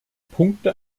punkte